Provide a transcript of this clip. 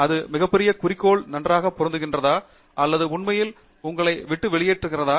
அது மிகப்பெரிய படத்தில் நன்றாக பொருந்துகிறதா அல்லது உண்மையில் உங்களை விட்டு வெளியேறுகிறதா